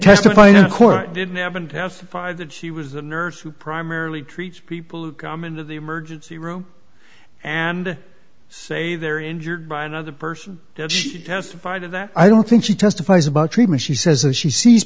testifying in court didn't happen testified that she was a nurse who primarily treats people who come into the emergency room and say they're injured by another person that she testified to that i don't think she testifies about treatment she says as she sees